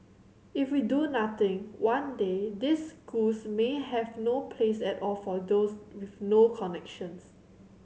if we do nothing one day these schools may have no place at all for those with no connections